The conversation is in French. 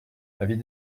avis